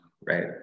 right